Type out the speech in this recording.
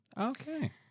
Okay